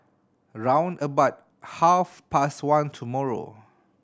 round about half past one tomorrow